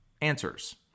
answers